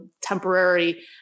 temporary